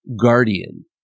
guardian